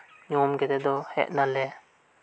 ᱧᱩᱦᱩᱢ ᱠᱟᱛᱮᱫ ᱫᱚ ᱦᱮᱡ ᱮᱱᱟᱞᱮ